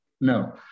no